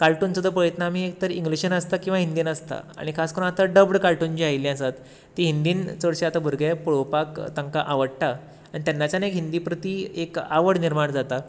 cartoon सुद्दां आमी पळयतना एक तर इंग्लिशेन आसता किंवा हिंदीन आसता आनी खास करून आतां डब्ड कार्टून जे आयिल्ले आसात तीं हिंदीन चडशे आतां भुरगे पळोवपाक तांकां आवडटा आनी तेन्नाच्यान एक हिंदी प्रती एक आवड निर्माण जाता